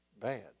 bad